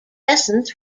lessons